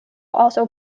also